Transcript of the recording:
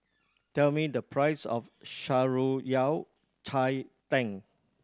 tell me the price of Shan Rui Yao Cai Tang